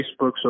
Facebook